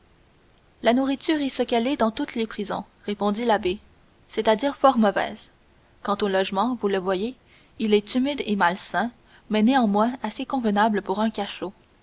la nourriture est ce qu'elle est dans toutes les prisons répondit l'abbé c'est-à-dire fort mauvaise quant au logement vous le voyez il est humide et malsain mais néanmoins assez convenable pour un cachot